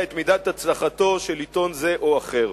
בשאלת מידת הצלחתו של עיתון זה או אחר.